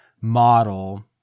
model